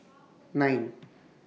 nine